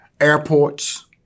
airports